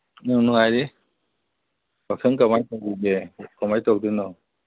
ꯎꯝ ꯅꯨꯡꯉꯥꯏꯔꯤ ꯌꯥꯎꯁꯪ ꯀꯃꯥꯏꯅ ꯇꯧꯒꯤꯒꯦ ꯀꯥꯃꯏꯅ ꯇꯧꯗꯣꯏꯅꯣ